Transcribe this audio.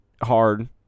hard